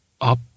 up